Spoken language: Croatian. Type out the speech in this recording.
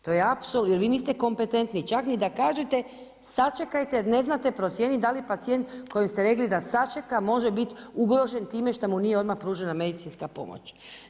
To je apsurd, jer vi niste kompetentni čak ni da kažete sačekajte, jer ne znate procijeniti da li pacijent kojem ste rekli da sačeka može bit ugrožen time što mu nije odmah pružena medicinska pomoć.